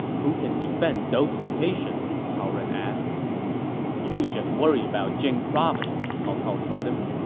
who can defend those locations? cao ren asked you just worry about jing province, cao cao told him.